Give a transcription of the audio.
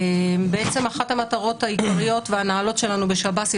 בעצם אחת המטרות העיקריות והנעלות שלנו בשב"ס היא